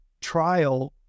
trial